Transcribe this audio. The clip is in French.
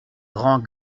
grands